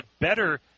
better